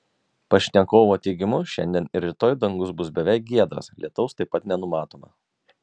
pašnekovo teigimu šiandien ir rytoj dangus bus beveik giedras lietaus taip pat nenumatoma